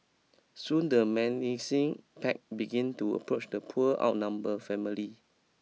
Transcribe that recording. soon the menacing pack began to approach the poor outnumber family